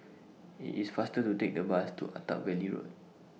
IT IS faster to Take The Bus to Attap Valley Road